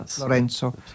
Lorenzo